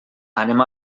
anem